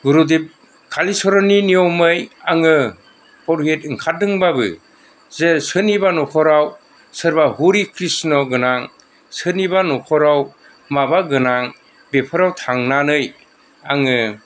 गुरुदेब कालिचरननि नियमै आङो परहित ओंखारदोंबाबो जे सोरनिबा न'खराव सोरबा हरि कृष्ण गोनां सोरनिबा न'खराव माबा गोनां बेफोराव थांनानै आङो